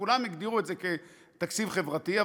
כולם הגדירו אותו כתקציב חברתי,